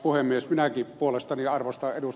minäkin puolestani arvostan ed